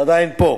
שעדיין פה,